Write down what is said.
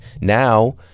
Now